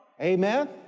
Amen